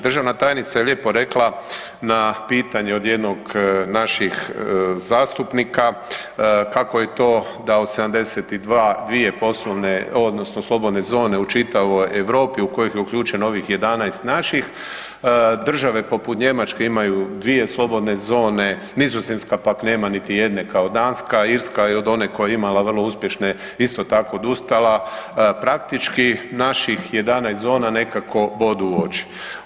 Državna tajnica je lijepo rekla na pitanje od jednog naših zastupnika kako je to da od 72 poslovne, odnosno slobodne zone u čitavoj Europi u kojih je uključeno ovih 11 naših, države poput Njemačke imaju 2 slobodne zone, Nizozemska pak nema niti jedne, kao Danska, Irska, i od one koja je imala vrlo uspješne, isto tako odustala, praktički, naših 11 zona nekako bodu u oči.